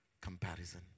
comparison